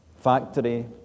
factory